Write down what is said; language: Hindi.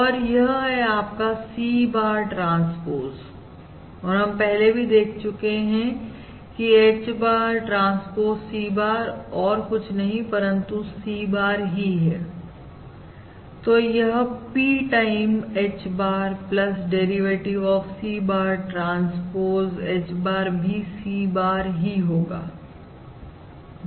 और यह है आपका C bar ट्रांसपोज और हम पहले भी देख चुके हैं की H bar transpose C bar और कुछ नहीं परंतु C bar ही है तो यह P time H bar derivative of C bar transpose H bar भी C bar ही होगा